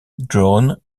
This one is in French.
drone